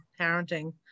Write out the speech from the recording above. parenting